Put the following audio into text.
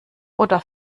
oder